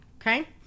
Okay